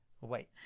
Wait